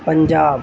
Punjab